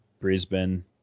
Brisbane